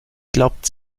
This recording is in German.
glaubt